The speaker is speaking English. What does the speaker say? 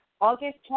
August